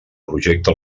projecte